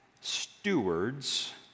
stewards